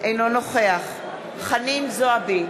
אינו נוכח חנין זועבי,